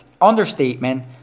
understatement